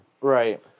Right